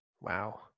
Wow